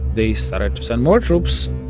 they started to send more troops,